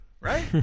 Right